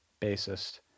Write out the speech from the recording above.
bassist